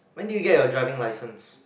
when did you get your driving licences